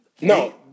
No